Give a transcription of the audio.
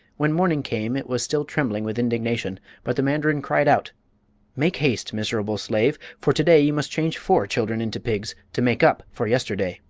when morning came it was still trembling with indignation but the mandarin cried out make haste, miserable slave for to-day you must change four children into pigs, to make up for yesterday.